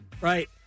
right